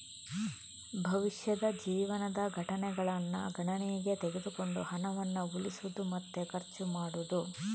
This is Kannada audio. ಭವಿಷ್ಯದ ಜೀವನದ ಘಟನೆಗಳನ್ನ ಗಣನೆಗೆ ತೆಗೆದುಕೊಂಡು ಹಣವನ್ನ ಉಳಿಸುದು ಮತ್ತೆ ಖರ್ಚು ಮಾಡುದು